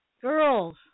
girls